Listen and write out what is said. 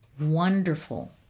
wonderful